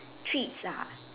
treats ah